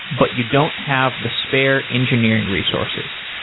but you don't have the spare engineering resources.